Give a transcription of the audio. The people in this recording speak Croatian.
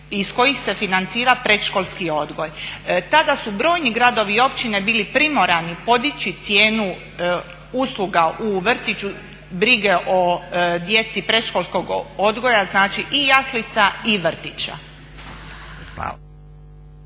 iz kojih se financira predškolski odgoj. Tada su brojni gradovi i općine bili primorani podići cijenu usluga u vrtiću brige o djeci predškolskog odgoja, znači i jaslica i vrtića.